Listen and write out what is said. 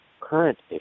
current